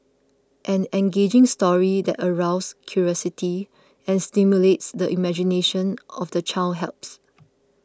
an engaging story that arouse curiosity and stimulates the imagination of the child helps